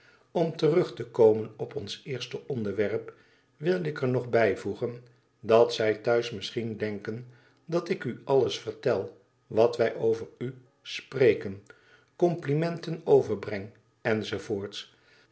om terug te komen op ons eerste onderwerp wil ik er nog bijvoegen dat zij thuis misschien denken dat ik u alles vertel wat wij over u spreken complimenten overbreng